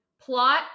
Plot